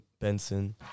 Benson